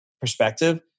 perspective